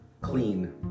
clean